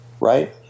Right